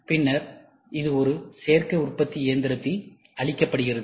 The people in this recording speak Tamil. பின்னர் இது ஒரு சேர்க்கை உற்பத்தி இயந்திரத்தில் அளிக்கப்படுகிறது